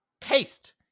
taste